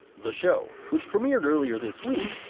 the show, which premiered earlier this week,